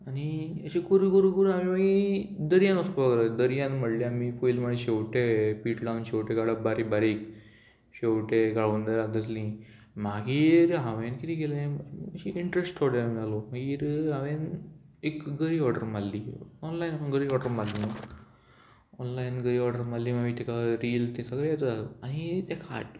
आनी अशें करून करून करून आमी मागीर दर्यान वचपाक लागले दर्यान म्हणल्यार आमी पयले म्हळ्यार शेवटे पीट लावन शेवटे काडप बारीक बारीक शेवटे काळुंदरा तसलीं मागीर हांवें किदें केलें अशें इंट्रस्ट सो जालो मागीर हांवें एक गरी ऑर्डर मारली ऑनलायन गरी ऑर्डर मारली न्हू ऑनलायन गरी ऑर्डर मारली मागीर तेका रील तें सगळें येता आनी तें खाट